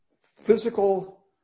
physical